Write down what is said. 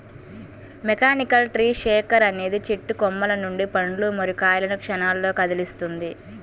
mechanical tree shaker అనేది చెట్టు కొమ్మల నుండి పండ్లు మరియు కాయలను క్షణాల్లో కదిలిస్తుంది